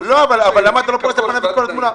אנחנו --- אבל למה אתה לא פורס בפניו את כל התמונה?